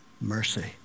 mercy